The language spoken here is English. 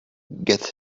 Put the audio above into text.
get